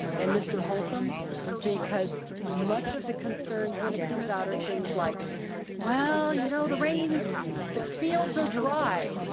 and mr. holcomb because much of the concerns when it comes out are things like well, you know, the rain, so the fields are dry.